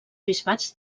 bisbats